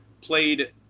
played